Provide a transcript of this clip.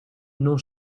non